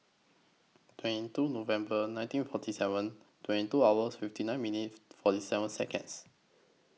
twenty two November nineteen forty seven twenty two hour fifty nine minutes forty seven Seconds